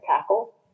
tackle